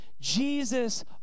Jesus